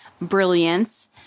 brilliance